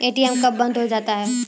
ATM कब बंद हो जाता हैं?